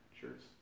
shirts